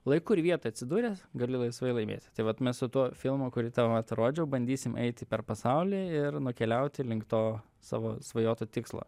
laiku ir vietoj atsidūręs gali laisvai laimėti tai vat mes su tuo filmu kurį tau vat rodžiau bandysim eiti per pasaulį ir nukeliauti link to savo svajoto tikslo